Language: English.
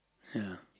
ya